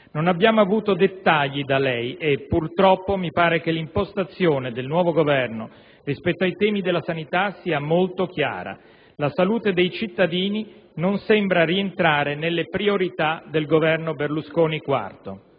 Non abbiamo avuto dettagli da lei e, purtroppo, mi sembra che l'impostazione del nuovo Governo rispetto ai temi della sanità sia molto chiara: la salute dei cittadini non sembra rientrare nelle priorità del IV Governo Berlusconi.